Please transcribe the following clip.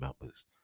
members